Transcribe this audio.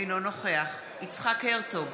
אינו נוכח יצחק הרצוג,